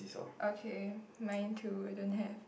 okay mine too don't have